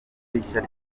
rishya